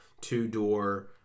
two-door